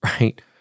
right